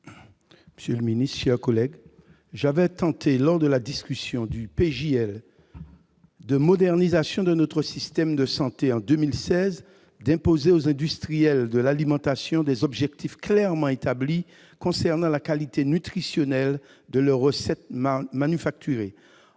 monsieur le ministre, mes chers collègues, lors de la discussion du projet de loi de modernisation de notre système de santé, en 2016, j'avais tenté d'imposer aux industriels de l'alimentation des objectifs clairement établis concernant la qualité nutritionnelle de leurs recettes manufacturées.